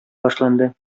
башланды